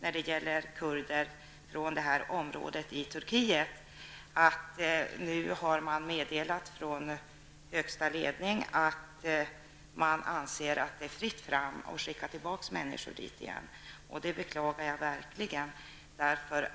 för kurder från detta område i Turkiet har man meddelat från den högsta ledningen att det är fritt fram att skicka tillbaka människor dit igen. Jag beklagar verkligen det.